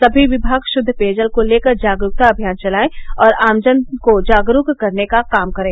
सभी विभाग शुद्ध पेयजल को लेकर जागरुकता अभियान चलाएं और आमजन को जागरुक करने का काम करें